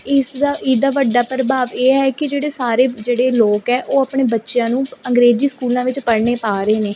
ਇਸ ਦਾ ਇਹ ਦਾ ਵੱਡਾ ਪ੍ਰਭਾਵ ਇਹ ਹੈ ਕਿ ਜਿਹੜੇ ਸਾਰੇ ਜਿਹੜੇ ਲੋਕ ਹੈ ਉਹ ਆਪਣੇ ਬੱਚਿਆਂ ਨੂੰ ਅੰਗਰੇਜ਼ੀ ਸਕੂਲਾਂ ਵਿੱਚ ਪੜਨੇ ਪਾ ਰਹੇ ਨੇ